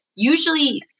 Usually